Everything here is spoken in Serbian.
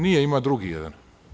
Nije, ima drugi jedan.